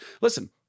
listen